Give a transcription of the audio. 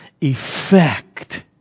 effect